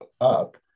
up